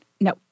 No